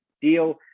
deal